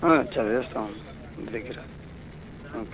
చదివిస్తాము ఇంటిదగ్గర ఓకే